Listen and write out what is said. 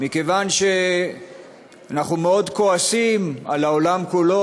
מכיוון שאנחנו מאוד כועסים על העולם כולו,